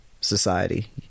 society